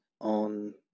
on